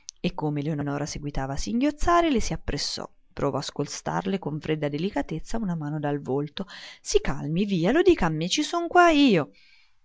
e come eleonora seguitava a singhiozzare le s'appressò provò a scostarle con fredda delicatezza una mano dal volto si calmi via lo dica a me ci son qua io